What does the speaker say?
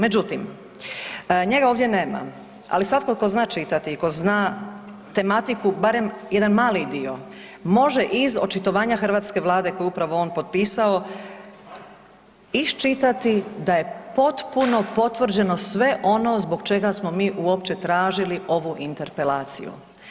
Međutim, njega ovdje nema, ali svatko tko zna čitati i tko zna tematiku barem jedan mali dio, može iz očitovanja hrvatske Vlade koju je upravo on potpisao iščitati da je potpuno potvrđeno sve ono zbog čega smo mi uopće tražili ovu interpelaciju.